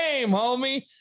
homie